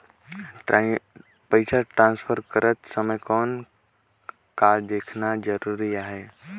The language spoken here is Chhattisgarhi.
पइसा ट्रांसफर करत समय कौन का देखना ज़रूरी आहे?